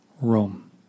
Rome